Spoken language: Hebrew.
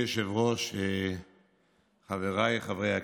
אדוני היושב-ראש, חבריי חברי הכנסת,